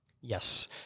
Yes